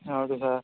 ah okay sir